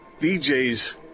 DJ's